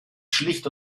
schlicht